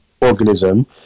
organism